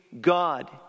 God